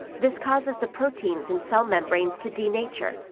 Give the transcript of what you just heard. this causes the proteins and cell membranes to denature,